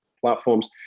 platforms